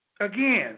Again